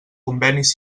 convenis